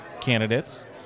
candidates